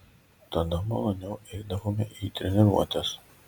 tada maloniau eidavome į treniruotes